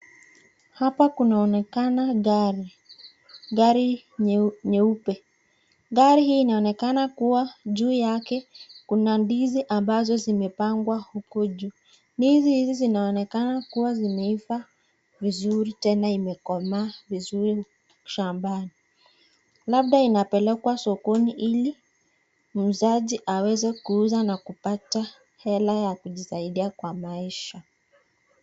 Hapa kunaonekana gari, gari nyeupe. Gari hii inaonekana juu yake kuna ndizi ambazo zimepangwa huko juu. Ndizi hizi zinaonekana kuwa zimeivaa vizuri tena imekomaa vizuri shambani labda inapelekwa sokoni ili muuzaji aweze kuuza na kupata hela ya kujisaidia kwa maisha.